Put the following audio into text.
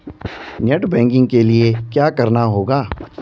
Net banking के लिए क्या करना होगा?